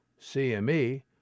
CME